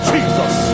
Jesus